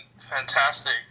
fantastic